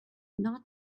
not